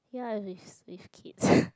ya with with kids